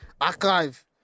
Archive